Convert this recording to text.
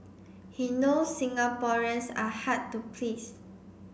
he knows Singaporeans are hard to please